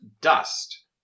dust